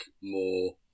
more